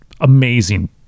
amazing